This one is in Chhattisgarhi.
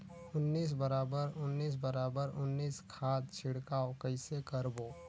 उन्नीस बराबर उन्नीस बराबर उन्नीस खाद छिड़काव कइसे करबो?